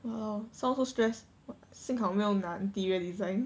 !wah! sound so stress 幸好没有拿 interior design